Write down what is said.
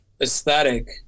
aesthetic